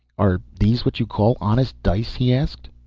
are these what you call honest dice? he asked.